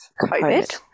COVID